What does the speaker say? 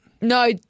No